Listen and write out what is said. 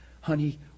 Honey